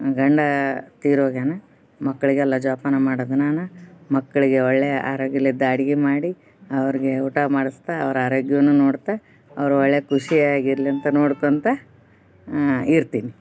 ಗಂಡ ತೀರೋಗ್ಯಾನ ಮಕ್ಕಳಿಗೆಲ್ಲ ಜೋಪಾನ ಮಾಡೋದ್ ನಾನೇ ಮಕ್ಕಳಿಗೆ ಒಳ್ಳೆಯ ಆರೋಗ್ಯಲ್ಲಿದ್ದ ಅಡ್ಗೆ ಮಾಡಿ ಅವ್ರಿಗೆ ಊಟ ಮಾಡಿಸ್ತಾ ಅವ್ರ ಆರೋಗ್ಯವನ್ನು ನೋಡ್ತಾ ಅವ್ರು ಒಳ್ಳೆಯ ಖುಷಿಯಾಗಿರಲಿ ಅಂತ ನೋಡ್ಕೊತ ಇರ್ತೀನಿ